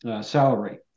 salary